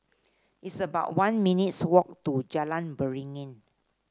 it's about one minutes' walk to Jalan Beringin